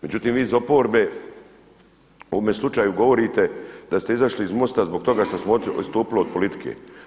Međutim vi iz oporbe u ovome slučaju govorite da ste izašli iz MOST-a zbog toga što smo odstupili od politike.